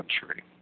country